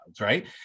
right